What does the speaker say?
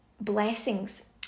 Blessings